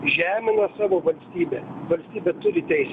žemina savo valstybę valstybė turi teisę